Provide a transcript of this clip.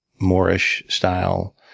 moore-ish style